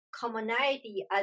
commonality